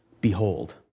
behold